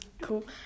cool